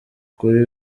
kuri